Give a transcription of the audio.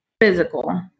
physical